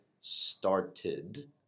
started